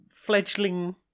Fledgling